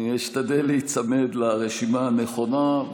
אני אשתדל להיצמד לרשימה הנכונה.